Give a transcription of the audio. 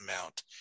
amount